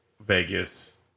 Vegas